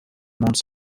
months